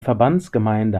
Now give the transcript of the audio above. verbandsgemeinde